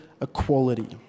equality